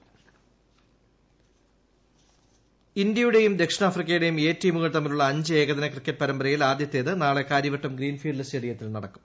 cricket ഇന്ത്യയുടെയും ദക്ഷിണാഫ്രിക്കയുടെയും A ടീമുകൾ തമ്മിലുള്ള അഞ്ച് ഏകദിന ക്രിക്കറ്റ് പരമ്പരയിൽ ആദ്യത്തേത് നാളെകാര്യവട്ടം ഗ്രീൻ ഫീൽഡ് സ്റ്റേഡിയത്തിൽ നടക്കും